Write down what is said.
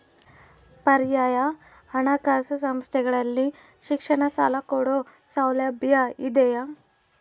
ಪರ್ಯಾಯ ಹಣಕಾಸು ಸಂಸ್ಥೆಗಳಲ್ಲಿ ಶಿಕ್ಷಣ ಸಾಲ ಕೊಡೋ ಸೌಲಭ್ಯ ಇದಿಯಾ?